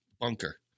bunker